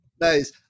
Nice